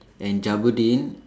and Jabudeen